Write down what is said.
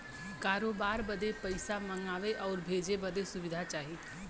करोबार बदे पइसा मंगावे आउर भेजे बदे सुविधा चाही